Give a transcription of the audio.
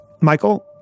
Michael